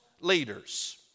leaders